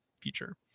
future